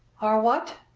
our what?